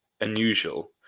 unusual